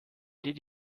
did